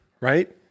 right